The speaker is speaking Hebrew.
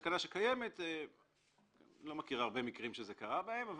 זאת סכנה שקיימת ואני לא מכיר הרבה מקרים שזה קרה בהם,